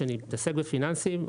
ואני מתעסק בפיננסים,